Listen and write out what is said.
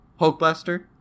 Hulkbuster